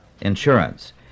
insurance